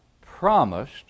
promised